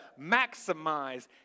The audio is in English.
maximize